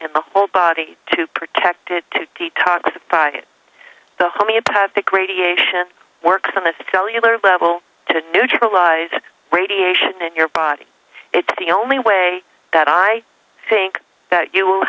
and the whole body to protect it to detox by it the homeopathic radiation works on a cellular level to neutralize radiation in your body it's the only way that i think that you will